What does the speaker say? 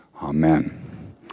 amen